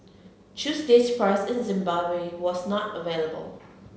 Tuesday's price in Zimbabwe was not available